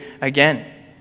again